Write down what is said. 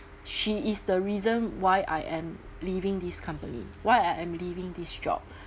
she is the reason why I am leaving this company why I am leaving this job